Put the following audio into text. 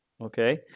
Okay